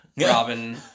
Robin